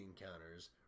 encounters